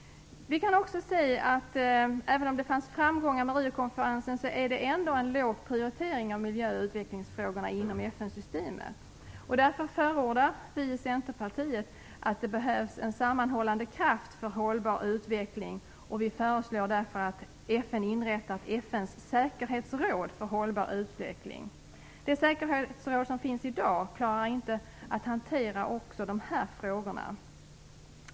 Vi kan också se att även om det fanns framgångar med Rio-konferensen har miljö och utvecklingsfrågorna en låg prioritering inom FN-systemet. Därför förordar vi i Centerpartiet en sammanhållande kraft för hållbar utveckling. Vi föreslår därför att FN inrättar ett FN:s säkerhetsråd för hållbar utveckling. Det säkerhetsråd som finns i dag klarar inte att hantera också dessa frågor.